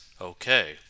okay